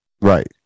Right